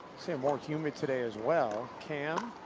say more humid today as well. cam.